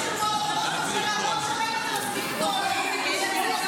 זאת תת-רמה --- מי שאל אותך?